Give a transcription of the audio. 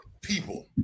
people